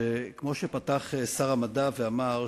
שכמו שפתח שר המדע ואמר,